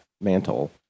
mantle